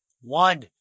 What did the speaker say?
One